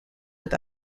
with